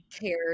cared